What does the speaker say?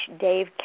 Dave